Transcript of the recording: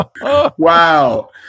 Wow